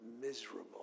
miserable